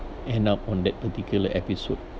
end up on that particular episode